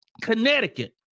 Connecticut